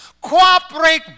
cooperate